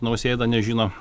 nausėda nežino